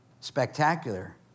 Spectacular